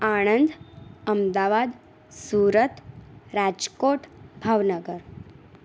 Anand Ahmedabad Surat Rajkot Bhavnagar